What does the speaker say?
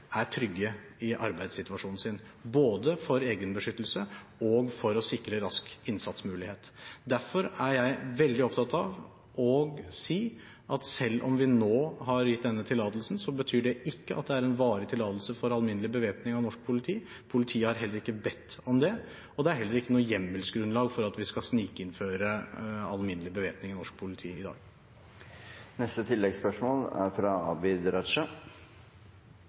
for å sikre rask innsatsmulighet. Derfor er jeg veldig opptatt av å si at selv om vi nå har gitt denne tillatelsen, betyr ikke det at det er en varig tillatelse for alminnelig bevæpning av norsk politi. Politiet har heller ikke bedt om det. Det er heller ikke noe hjemmelsgrunnlag for at vi skal snikinnføre alminnelig bevæpning av norsk politi i dag. Abid Q. Raja – til oppfølgingsspørsmål. Venstre er